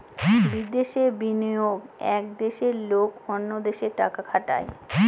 বিদেশে বিনিয়োগ এক দেশের লোক অন্য দেশে টাকা খাটায়